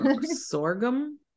sorghum